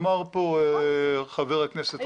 אמר פה חבר הכנסת רם בן ברק --- נכון,